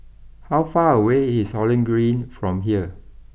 how far away is Holland Green from here